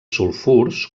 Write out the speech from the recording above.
sulfurs